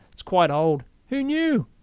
it's quite old. who knew?